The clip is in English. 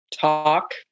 talk